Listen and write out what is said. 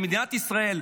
למדינת ישראל,